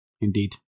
indeed